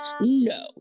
No